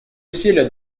усилия